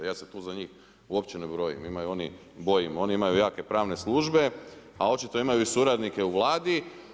Ja se tu za njih uopće ne bojim, oni imaju jake pravne službe, a očito imaju suradnike u Vladi.